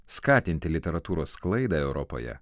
skatinti literatūros sklaidą europoje